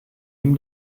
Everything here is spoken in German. ihm